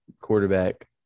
quarterback